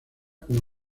como